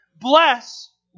bless